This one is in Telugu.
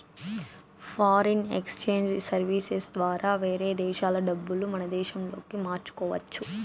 ఫారిన్ ఎక్సేంజ్ సర్వీసెస్ ద్వారా వేరే దేశాల డబ్బులు మన దేశంలోకి మార్చుకోవచ్చు